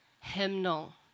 Hymnal